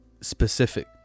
specific